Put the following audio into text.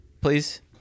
Please